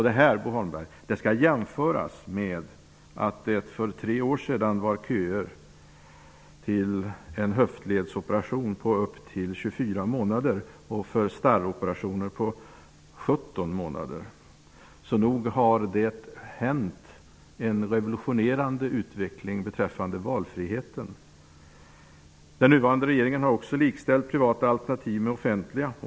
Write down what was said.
Detta skall, Bo Holmberg, jämföras med att det för tre år sedan var köer till en höftledsoperation på upp till 24 månader och 17 månader för starroperationer. Nog har det skett en revolutionerande utveckling beträffande valfriheten. Den nuvarande regeringen har också likställt privata alternativ med offentliga.